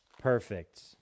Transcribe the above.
perfect